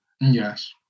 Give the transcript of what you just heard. Yes